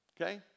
okay